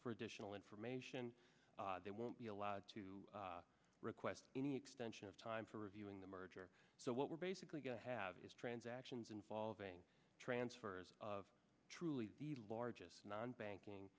for additional information they won't be allowed to request any extension of time for reviewing the merger so what we're basically going to have is transactions involving transfers of truly the largest non banking